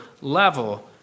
level